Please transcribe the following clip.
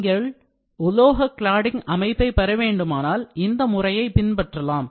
நீங்கள் உலோக கிளாடிங் அமைப்பை பெற வேண்டுமானால் இந்த முறையை பின்பற்றலாம்